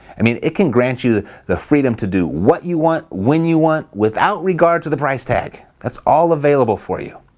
i mean it can grant you the freedom to do what you want, when you want, without regard to the price tag. that's all available for you.